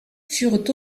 furent